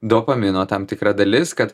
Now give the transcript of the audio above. dopamino tam tikra dalis kad